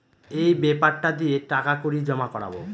এই বেপারটা দিয়ে টাকা কড়ি জমা করাবো